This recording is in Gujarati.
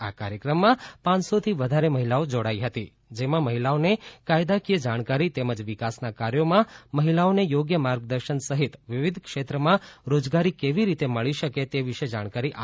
આ કાર્યક્રમમાં પાંચસોથી વધારે મહિલાઓ જોડાઈ હતી જેમાં મહિલાઓને કાયદાકીય જાણકારી તેમજ વિકાસના કાર્યોમાં મહિલાઓને થોગ્ય માર્ગદર્શન સહિત વિવિધ ક્ષેત્રમાં રોજગારી કેવી રીતે મળી શકે તે વિશે જાણકારી આપવામાં આવી હતી